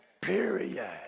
period